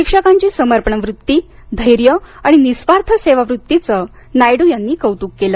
शिक्षकांची समर्पण वृत्ती धैर्य आणि निःस्वार्थ सेवा वृत्तीचं नायडू यांनी कौतुक केलं